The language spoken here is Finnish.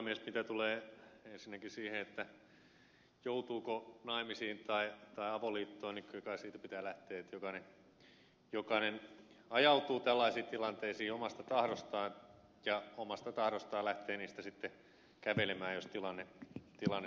mitä tulee ensinnäkin siihen joutuuko naimisiin tai avoliittoon niin kyllä kai siitä pitää lähteä että jokainen ajautuu tällaisiin tilanteisiin omasta tahdostaan ja omasta tahdostaan lähtee niistä sitten kävelemään jos tilanne sitä vaatii